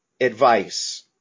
advice